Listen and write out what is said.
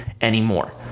anymore